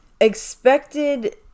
expected